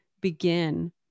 begin